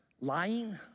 lying